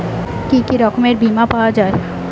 কি কি রকমের বিমা পাওয়া য়ায়?